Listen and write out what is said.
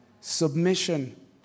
Submission